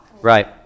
Right